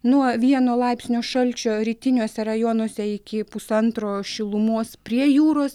nuo vieno laipsnio šalčio rytiniuose rajonuose iki pusantro šilumos prie jūros